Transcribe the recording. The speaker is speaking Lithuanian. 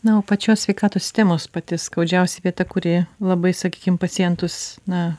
na o pačios sveikatos sistemos pati skaudžiausia vieta kuri labai sakykim pacientus na